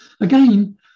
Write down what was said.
Again